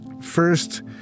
First